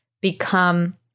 become